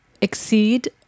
exceed